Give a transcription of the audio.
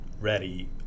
ready